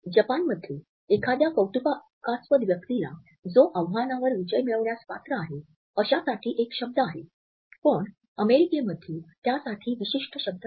जपानमध्ये एखाद्या कौतुकास्पद व्यक्तीला जो आव्हानावर विजय मिळविण्यास पात्र आहे अश्यासाठी एक शब्द आहे पण अमेरिकेमध्ये त्यासाठी विशिष्ठ शब्द नाही